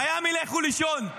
מיאמי, לכו לישון.